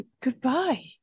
Goodbye